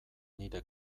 nire